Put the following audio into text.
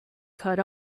cut